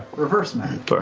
reverse math.